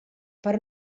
però